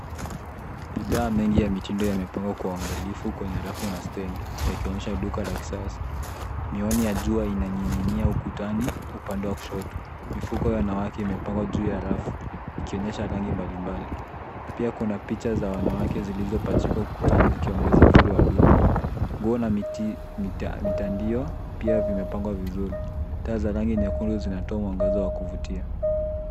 Bidhaa mengi ya mitindo yamepangwa kwa uwangilifu kwenye rafu na stendi yakionyesha duka la kisasa. Mioni ya jua yananing'inia ukutani, upande wa kushoto. Mifuko ya wanawake imepangwa juu ya rafu, ikionyesha rangi mbalimbali. Pia kuna picha za wanawake zilizopachikwa ukutani zikiongeza uzuri wa duka. Nguo na mitandio pia vimepangwa vizuri. Taa za rangi nyekundu zinatoa mwangaza wa kuvutia.